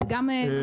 זה גם חשוב.